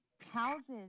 houses